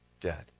dead